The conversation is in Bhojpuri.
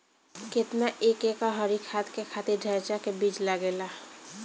केतना एक एकड़ हरी खाद के खातिर ढैचा के बीज लागेला?